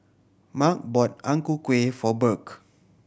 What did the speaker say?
Marc bought Ang Ku Kueh for Burk